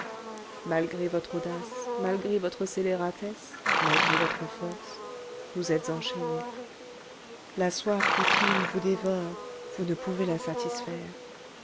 malgré votre audace malgré votre scélératesse malgré votre force vous êtes enchaîné la soif du crime vous dévore vous ne pouvez la satisfaire